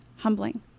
humbling